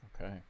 okay